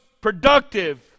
productive